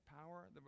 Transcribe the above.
power